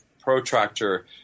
protractor